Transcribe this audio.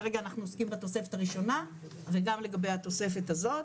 כרגע אנחנו עוסקים בתוספת הראשונה וגם לגבי התוספת הזאת